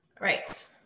Right